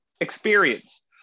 experience